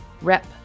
Rep